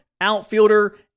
outfielder